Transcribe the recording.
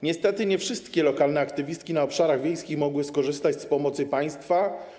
Niestety nie wszystkie lokalne aktywistki na obszarach wiejskich mogły skorzystać z pomocy państwa.